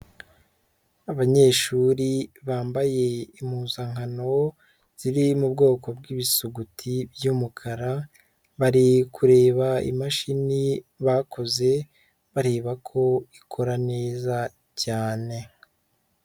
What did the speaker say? Abanyeshuri bambaye impuzankano ziri mu bwoko bw'ibisuguti by'umukara, bari kureba imashini bakoze, bareba ko ikora neza cyane.